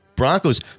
broncos